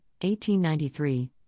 1893